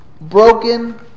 Broken